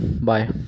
bye